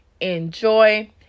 Enjoy